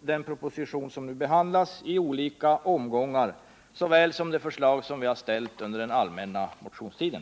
den proposition som nu behandlas i olika omgångar som till de förslag som vi har ställt under den allmänna motionstiden.